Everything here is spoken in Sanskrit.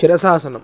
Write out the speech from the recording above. शीर्षासनम्